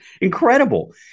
incredible